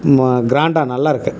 க்ராண்டாக நல்லாருக்குது